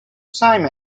same